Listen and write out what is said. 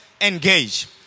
engage